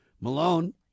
Malone